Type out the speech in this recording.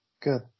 good